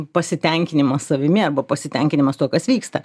pasitenkinimas savimi arba pasitenkinimas tuo kas vyksta